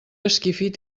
esquifit